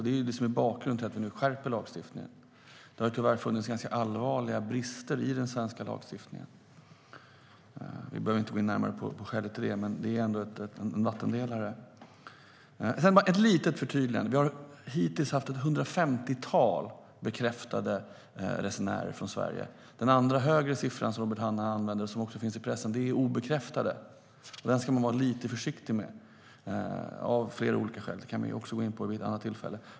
Det är bakgrunden till att vi nu skärper lagstiftningen. Det har tyvärr funnits ganska allvarliga brister i den svenska lagstiftningen. Vi behöver inte gå in närmare på skälet till det. Men det är ändå en vattendelare. Jag har ett litet förtydligande. Vi har hittills haft ca 150 bekräftade resenärer från Sverige. Den andra, högre, siffran som Robert Hannah använder och som finns i pressen är obekräftad. Den ska man vara lite försiktig med, av flera olika skäl. Det kan vi också gå in på vid ett annat tillfälle.